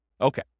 Okay